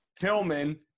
Tillman –